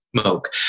smoke